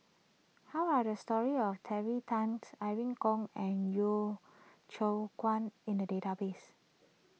how are the stories of Terry Tan Irene Khong and Yeo Ceow Kwang in the database